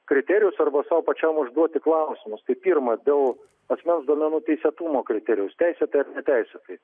kriterijus arba sau pačiam užduoti klausimus tai pirma dėl asmens duomenų teisėtumo kriterijaus teisėtai ar neteisėtai